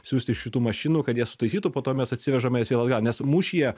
siųsti šitų mašinų kad jie sutaisytų po to mes atsivežame jas vėl atgal nes mūšyje